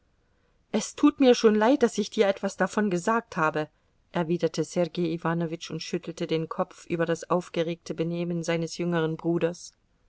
es tut mir schon leid daß ich dir etwas davon gesagt habe erwiderte sergei iwanowitsch und schüttelte den kopf über das aufgeregte benehmen seines jüngeren bruders